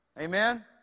Amen